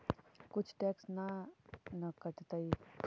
कुछ टैक्स ना न कटतइ?